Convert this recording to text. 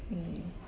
mm